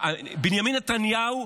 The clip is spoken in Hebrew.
בנימין נתניהו,